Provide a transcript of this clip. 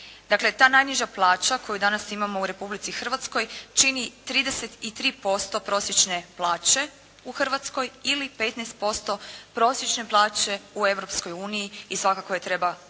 Dakle, ta najniža plaća koju danas imamo u Republici Hrvatskoj čini 33% prosječne plaće u Hrvatskoj ili 15% prosječne plaće u Europskoj uniji i svakako je treba povećati.